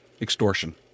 extortion